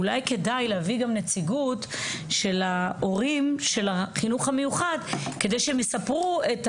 אולי כדאי גם להביא נציגות של ההורים של החינוך המיוחד כדי שהם יספרו.